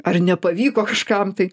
ar nepavyko kažkam tai